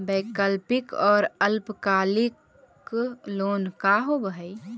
वैकल्पिक और अल्पकालिक लोन का होव हइ?